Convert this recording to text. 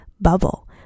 bubble